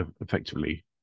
effectively